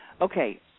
Okay